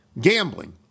gambling